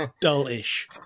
dull-ish